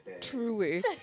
Truly